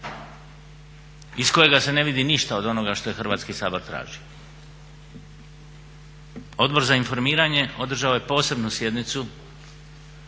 iz kojega se ne vidi ništa od onoga što je Hrvatski sabor tražio. Odbor za informiranje održao je posebnu sjednicu